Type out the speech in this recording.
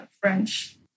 French